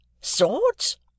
Swords